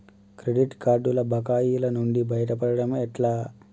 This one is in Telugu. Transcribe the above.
క్రెడిట్ కార్డుల బకాయిల నుండి బయటపడటం ఎట్లా?